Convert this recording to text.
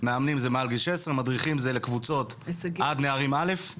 מאמנים זה מעל גיל 16. מדריכים זה לקבוצות עד נערים א'?